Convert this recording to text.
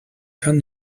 kann